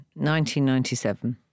1997